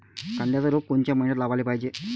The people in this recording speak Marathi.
कांद्याचं रोप कोनच्या मइन्यात लावाले पायजे?